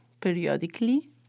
periodically